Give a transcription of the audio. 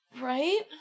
Right